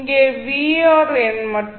இங்கே மற்றும்